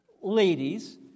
ladies